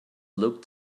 look